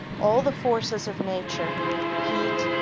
all the forces of nature heat,